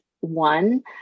one